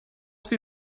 sie